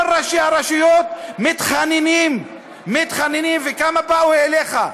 כל ראשי הרשויות מתחננים, מתחננים, וכמה באו אליך,